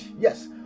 yes